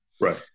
Right